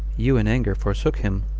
you in anger forsook him,